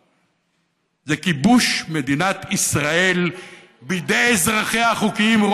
וזה כיבוש מדינת ישראל בידי אזרחיה החוקיים,